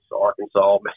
Arkansas